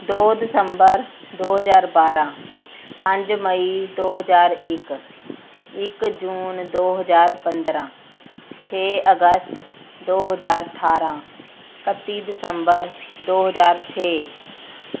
ਦੋ ਦਸੰਬਰ ਦੋ ਹਜ਼ਾਰ ਬਾਰ੍ਹਾਂ ਪੰਜ ਮਈ ਦੋ ਹਜ਼ਾਰ ਇੱਕ ਇੱਕ ਜੂਨ ਦੋ ਹਜ਼ਾਰ ਪੰਦਰਾਂ ਛੇ ਅਗਸਤ ਦੋ ਹਜ਼ਾਰ ਅਠਾਰ੍ਹਾਂ ਇਕੱਤੀ ਦਸੰਬਰ ਦੋ ਹਜ਼ਾਰ ਛੇ